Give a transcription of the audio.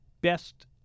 best